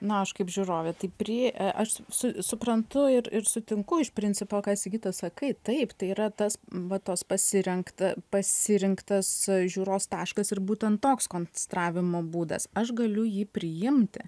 na aš kaip žiūrovė tai prie aš su suprantu ir ir sutinku iš principo ką sigita sakai taip tai yra tas va tos pasirengta pasirinktas žiūros taškas ir būtent toks konstravimo būdas aš galiu jį priimti